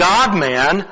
God-man